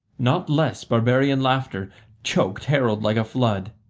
not less barbarian laughter choked harold like a flood,